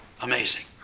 Amazing